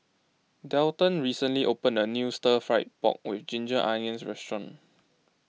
Delton recently opened a new Stir Fry Pork with Ginger Onions Restaurant